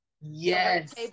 Yes